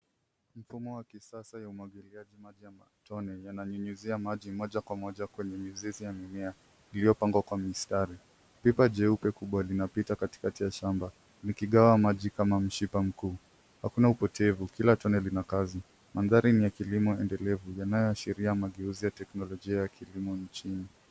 Mfumo wa kisasa wa umwangiliji wa matone yananyunyizia maji moja kwa moja kwenye mizizi ya mimea iliyopangwa kwa mistari. Pipa jeupe kubwa linapita katikati ya shamba likigawa maji kama mshipa mkuu. Hakuna upotevu kila tone lina kazi. Mandhari ni ya kilimo endelevu yanayoashiria mageuzi ya teknolojia ya kilimo ya nchini.